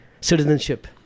citizenship